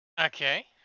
Okay